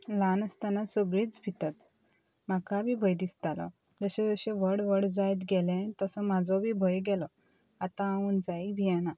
ल्हान आसतना सगळीच भितात म्हाका बी भंय दिसतालो जशें जशें व्हड व्हड जायत गेले तसो म्हाजो बी भंय गेलो आतां हांव उंचायीक भियेना